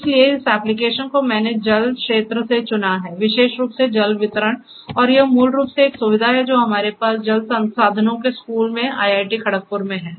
इसलिए इस एप्लिकेशन को मैंने जल क्षेत्र से चुना है विशेष रूप से जल वितरण और यह मूल रूप से एक सुविधा है जो हमारे पास जल संसाधनों के स्कूल में IIT खड़गपुर में है